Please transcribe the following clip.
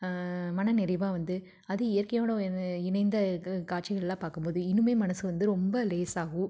மனநிறைவாக வந்து அதுவும் இயற்கையோடு இணை இணைந்த க காட்சிகள்லாம் பார்க்கும் போது இன்னும் மனது வந்து ரொம்ப லேசாகும்